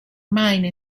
mine